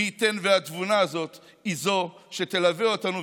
מי ייתן והתבונה הזאת היא שתלווה אותנו,